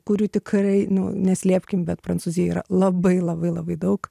kurių tikrai nu neslėpkim bet prancūzijoj yra labai labai labai daug